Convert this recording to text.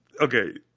Okay